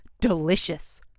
delicious